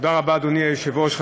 אדוני היושב-ראש,